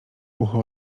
ucho